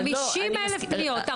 חמישים אלף פניות,